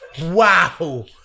Wow